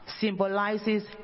symbolizes